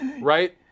right